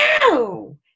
no